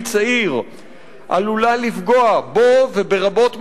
צעיר עלולה לפגוע בו וברבות מזכויותיו,